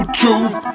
truth